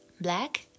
Black